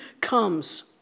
comes